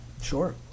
sure